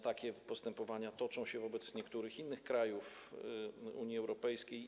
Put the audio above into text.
Takie postępowania toczą się wobec niektórych innych krajów Unii Europejskiej.